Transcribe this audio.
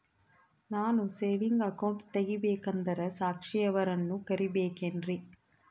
ನಾನು saving account ತೆಗಿಬೇಕಂದರ ಸಾಕ್ಷಿಯವರನ್ನು ಕರಿಬೇಕಿನ್ರಿ?